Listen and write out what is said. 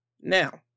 now